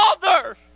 Father